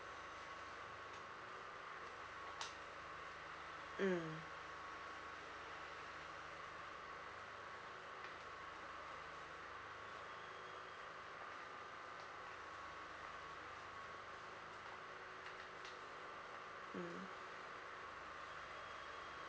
mm